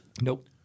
Nope